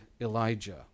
Elijah